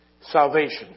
salvation